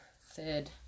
third